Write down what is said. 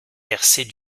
versés